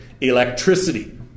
Electricity